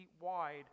wide